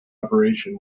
operation